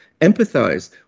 empathize